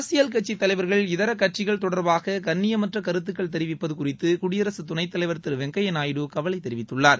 அரசியல் கட்சித்தலைவர்கள் இதர கட்சிகள் தொடர்பாக கண்ணியமற்ற கருத்துக்கள் தெரிவிப்பது குறிதது குடியரசுத்துணைத்தலைவர் திரு வெங்கப்யா நாயுடு கவலை தெரிவித்துள்ளார்